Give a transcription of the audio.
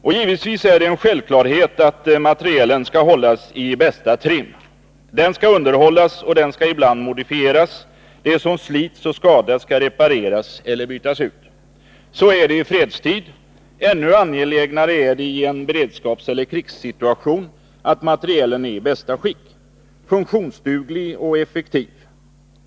Och givetvis är det en självklarhet att materielen skall hållas i bästa trim. Den skall underhållas, och den skall ibland modifieras. Det som slits och skadas skall repareras eller bytas ut. Så är det i fredstid. Ännu angelägnare är det i en beredskapseller krigssituation att materielen är i bästa skick, funktionsduglig och effektiv.